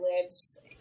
lives